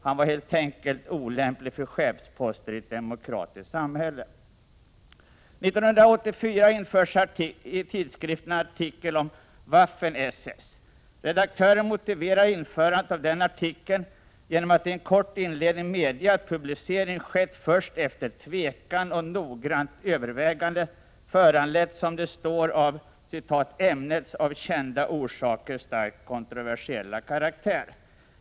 Han var helt enkelt olämplig för chefsposter i ett demokratiskt samhälle. År 1984 infördes i tidskriften en artikel om Waffen-SS. Redaktören motiverar införandet av artikeln med att i en kort inledning medge att publicering skett först efter tvekan och noggrant övervägande, föranledd av, som det står, ”ämnets av kända orsaker starkt kontroversiella karaktär”.